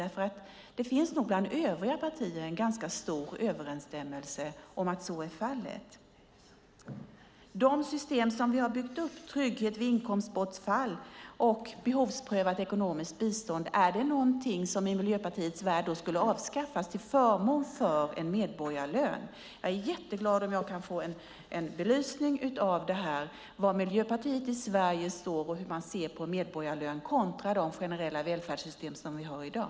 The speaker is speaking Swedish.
Det finns bland övriga partier en stor enighet att så ska vara fallet. De system som vi har byggt upp - trygghet vid inkomstbortfall och behovsprövat ekonomiskt bistånd - är det någonting som i Miljöpartiets värld skulle avskaffas till förmån för en medborgarlön? Jag är jätteglad om jag kan få en belysning av det, var Miljöpartiet i Sverige står och hur man ser på medborgarlön kontra de generella välfärdssystem vi har i dag.